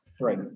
Right